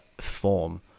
form